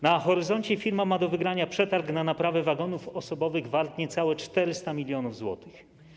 Na horyzoncie firma ma do wygrania przetarg na naprawę wagonów osobowych wart niecałe 400 mln zł.